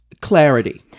clarity